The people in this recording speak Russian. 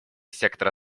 сектора